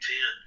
Ten